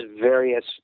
various